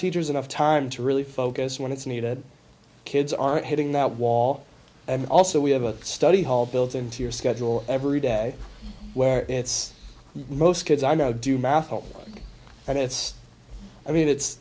teachers enough time to really focus when it's needed kids aren't hitting that wall and also we have a study hall built into your schedule every day where it's most kids i know do math homework and it's i mean it